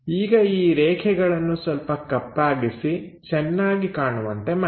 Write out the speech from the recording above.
ಈಗ ಈ ರೇಖೆಗಳನ್ನು ಸ್ವಲ್ಪ ಕಪ್ಪಾಗಿಸಿ ಚೆನ್ನಾಗಿ ಕಾಣುವಂತೆ ಮಾಡಿ